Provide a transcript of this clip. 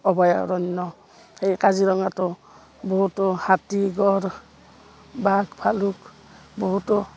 অভয়াৰণ্য সেই কাজিৰঙাটো বহুতো হাতী গড় বাঘ ভালুক বহুতো